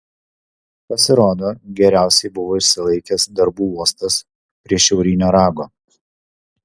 pasirodo geriausiai buvo išsilaikęs darbų uostas prie šiaurinio rago